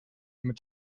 mit